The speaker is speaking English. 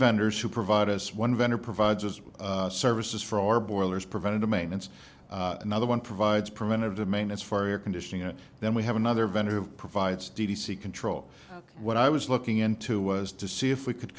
vendors who provide us one vendor provides us with services for our boilers preventative maintenance another one provides preventative maintenance far your condition and then we have another vendor who provides d v c control what i was looking into was to see if we could